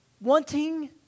wanting